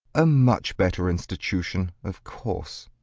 a much better institution, of course.